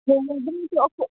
ꯅꯣꯡꯃ ꯑꯗꯨꯝꯁꯨ